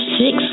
six